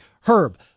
Herb